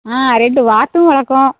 ஆ ரெண்டு வாத்தும் வளக்கிறோம்